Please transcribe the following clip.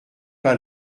pas